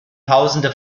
tausende